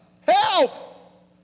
Help